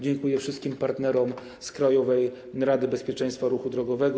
Dziękuję wszystkim partnerom z Krajowej Rady Bezpieczeństwa Ruchu Drogowego.